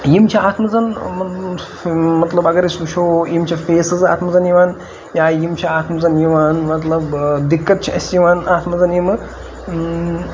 یِم چھِ اَتھ منٛز مطلب اگر أسۍ وٕچھو یِم چھِ فیسٕز اَتھ منٛز یِوان یا یِم چھِ اَتھ منٛز یِوان مطلب دِقت چھِ اَسہِ یِوان اَتھ منٛز یِمہٕ